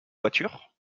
voiture